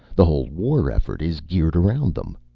the whole war effort is geared around them.